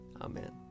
Amen